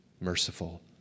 merciful